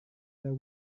their